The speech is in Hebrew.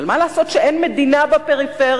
אבל מה לעשות שאין מדינה בפריפריה?